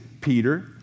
Peter